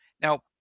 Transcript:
now